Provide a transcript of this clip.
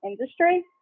industry